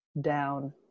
down